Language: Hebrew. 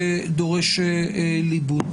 דורש ליבון?